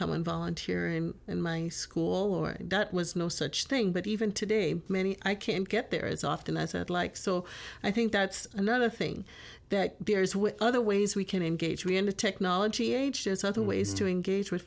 come and volunteer in my school or that was no such thing but even today many i can't get there as often as i'd like so i think that's another thing that there is with other ways we can engage me in the technology age there's other ways to engage with